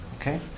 Okay